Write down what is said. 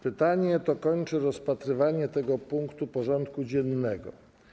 Pytanie to kończy rozpatrywanie tego punktu porządku dziennego.